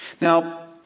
Now